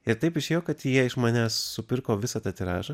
ir taip išėjo kad jie iš manęs supirko visą tą tiražą